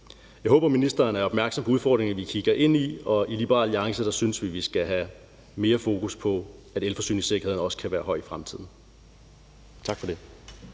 Jeg håber, ministeren er opmærksom på udfordringerne, vi kigger ind i, og i Liberal Alliance synes vi, at vi skal have mere fokus på, at elforsyningssikkerheden også kan være høj i fremtiden. Tak for det.